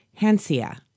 Hansia